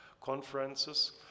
conferences